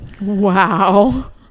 Wow